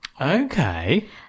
Okay